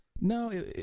no